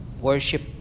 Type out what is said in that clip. worship